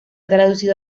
traducido